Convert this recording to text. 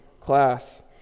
class